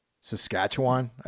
Saskatchewan